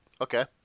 Okay